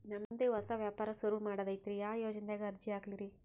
ನಮ್ ದೆ ಹೊಸಾ ವ್ಯಾಪಾರ ಸುರು ಮಾಡದೈತ್ರಿ, ಯಾ ಯೊಜನಾದಾಗ ಅರ್ಜಿ ಹಾಕ್ಲಿ ರಿ?